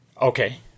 Okay